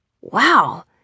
Wow